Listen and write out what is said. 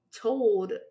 told